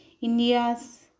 India's